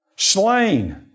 Slain